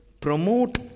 promote